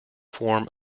form